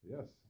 Yes